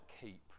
keep